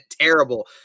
terrible